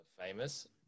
famous